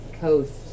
coast